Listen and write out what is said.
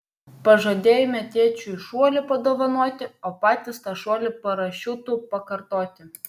pažadėjome tėčiui šuolį padovanoti o patys tą šuolį parašiutu pakartoti